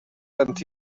and